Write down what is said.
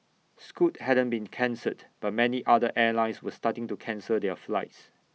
scoot hadn't been cancelled but many other airlines were starting to cancel their flights